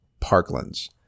Parklands